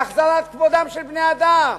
להחזרת כבודם של בני-אדם.